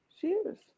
cheers